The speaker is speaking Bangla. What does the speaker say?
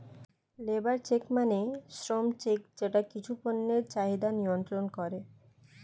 লেবর চেক মানে শ্রম চেক যেটা কিছু পণ্যের চাহিদা নিয়ন্ত্রন করে